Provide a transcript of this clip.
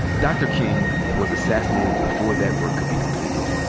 dr. king was assassinated before that work could be completed.